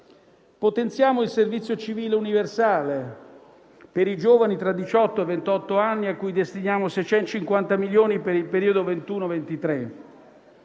Potenziamo il servizio civile universale per i giovani tra i diciotto e i ventotto anni, a cui destiniamo 650 milioni per il periodo 2021-2023.